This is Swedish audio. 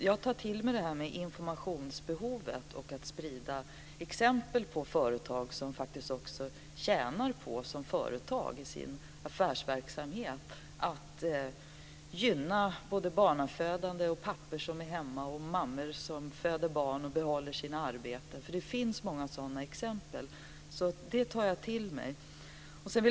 Jag tar till mig det som sades om informationsbehovet och att sprida exempel på företag som i sin affärsverksamhet tjänar på att gynna barnafödande, pappor som är hemma och mammor som föder barn och behåller sina arbeten. Det finns många sådana exempel. Det tar jag till mig.